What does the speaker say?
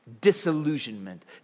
disillusionment